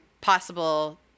possible